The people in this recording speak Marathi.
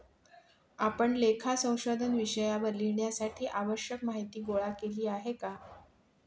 आपण लेखा संशोधन विषयावर लिहिण्यासाठी आवश्यक माहीती गोळा केली आहे का?